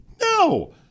No